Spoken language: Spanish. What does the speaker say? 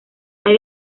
hay